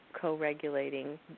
co-regulating